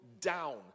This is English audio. down